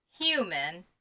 human